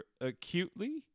acutely